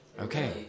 okay